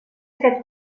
aquest